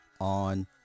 on